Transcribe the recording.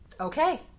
Okay